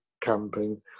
camping